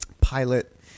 pilot